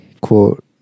quote